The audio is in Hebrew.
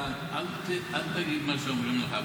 אל תגיד מה שאומרים לך.